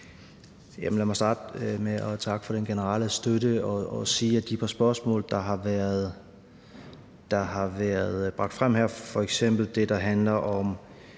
Lad mig starte med at takke for den generelle støtte og sige, at de par spørgsmål, der har været bragt frem her, f.eks. det, der handler om